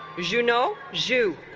you know jus